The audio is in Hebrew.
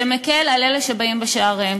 שמקל על אלה שבאים בשעריהם.